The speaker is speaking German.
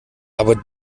aber